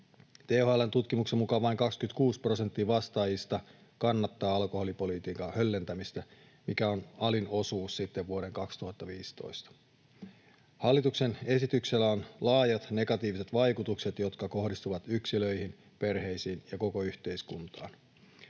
THL:n tutkimuksen mukaan vain 26 prosenttia vastaajista kannattaa alkoholipolitiikan höllentämistä, mikä on alin osuus sitten vuoden 2015. Hallituksen esityksellä on laajat negatiiviset vaikutukset, jotka kohdistuvat yksilöihin, perheisiin ja koko yhteiskuntaan.